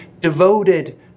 devoted